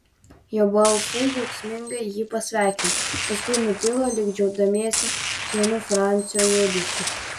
jo balsai džiaugsmingai jį pasveikino paskui nutilo lyg džiaugdamiesi kiekvienu francio judesiu